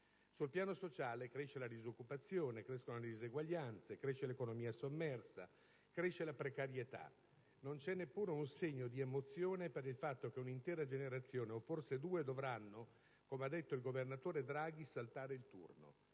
Sul piano sociale, cresce la disoccupazione, crescono le disuguaglianze, cresce l'economia sommersa, cresce la precarietà. Non c'è neppure un segno di emozione per il fatto che un'intera generazione, o forse due, dovranno - come ha detto il governatore Draghi - «saltare il turno».